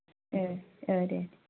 दे